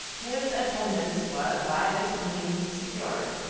his attendance was by this means secured,